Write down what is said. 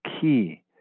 key